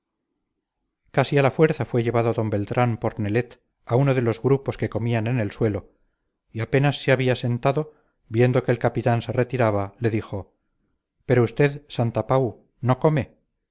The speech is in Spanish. casi a la fuerza fue llevado d beltrán por nelet a uno de los grupos que comían en el suelo y apenas se había sentado viendo que el capitán se retiraba le dijo pero usted santapau no come